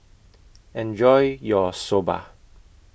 Enjoy your Soba